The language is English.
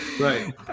Right